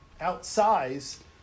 outsize